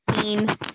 seen